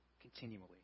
continually